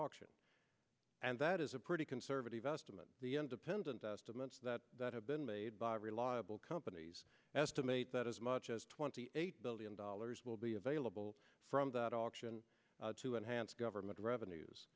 auction and that is a pretty conservative estimate the independent estimates that that have been made by a reliable companies estimate that as much as twenty eight billion dollars will be available from that option to enhance government revenues